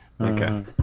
okay